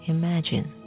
imagine